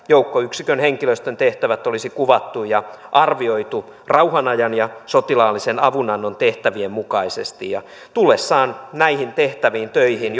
joukkoyksikön henkilöstön tehtävät olisi kuvattu ja arvioitu rauhanajan ja sotilaallisen avunannon tehtävien mukaisesti tullessaan näihin tehtäviin töihin